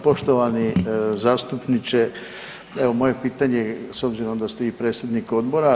Poštovani zastupniče, evo, moje pitanje je, s obzirom da ste vi predsjednik Odbora.